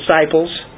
disciples